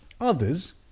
Others